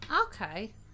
Okay